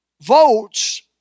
votes